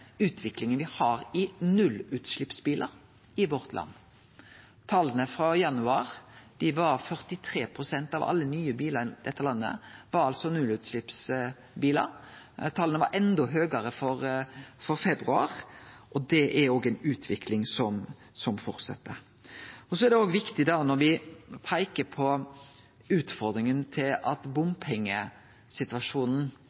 utviklinga me har når det gjeld nullutsleppsbilar i landet vårt. Tala frå januar viser at 43 pst. av alle nye bilar i dette landet var nullutsleppsbilar. Tala var endå høgare for februar. Det er òg ei utvikling som fortset. Utfordringa med bompengesituasjonen i juni 2019, som me alle opplevde var krevjande, som òg interpellanten viste til i sitt innlegg, viser at